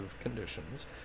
conditions